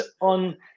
on